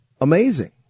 amazing